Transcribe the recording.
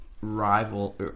Rival